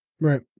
Right